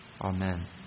Amen